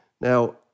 Now